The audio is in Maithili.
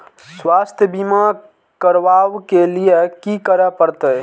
स्वास्थ्य बीमा करबाब के लीये की करै परतै?